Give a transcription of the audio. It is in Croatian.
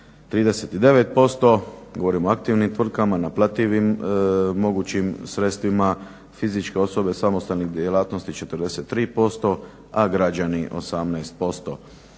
39%, govorim o aktivnim tvrtkama, naplativim mogućim sredstvima, fizičke osobe samostalnih djelatnosti 43%, a građani 18%.